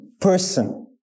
person